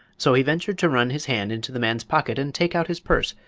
so he ventured to run his hand into the man's pocket and take out his purse,